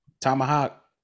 Tomahawk